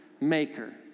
maker